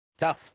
Tough